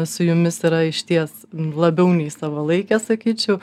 su jumis yra išties labiau nei savalaikė sakyčiau